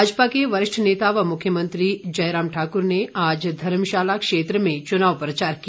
भाजपा के वरिष्ठ नेता व मुख्यमंत्री जयराम ठाकुर ने आज धर्मशाला क्षेत्र में चुनाव प्रचार किया